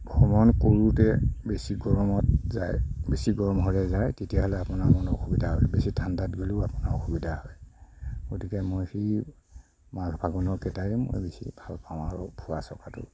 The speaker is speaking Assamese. ভ্ৰমণ কৰোঁতে বেছি গৰমত যায় বেছি গৰম হ'লে যায় তেতিয়াহ'লে আপোনাৰ অকমান অসুবিধা হয় বেছি ঠাণ্ডাত গ'লেও আপোনাৰ অসুবিধা হয় গতিকে মই সেই মাঘ ফাগুণৰকেইটাই মই বেছি ভালপাওঁ আৰু ফুৰা চকাটো